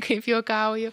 kaip juokauju